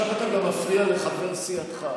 עכשיו אתה גם מפריע לחבר סיעתך.